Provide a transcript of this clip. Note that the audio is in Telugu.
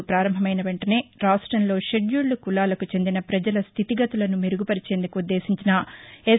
సభ ప్రారంభమైన వెంటనే రాష్టంలో షెడ్యూల్లు కులాలకు చెందిన ప్రజల స్థితిగతులను మెరుగు వరిచేందుకు ఉద్దేశించిన ఎస్